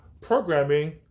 programming